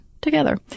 together